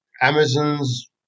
Amazon's